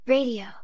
Radio